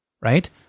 right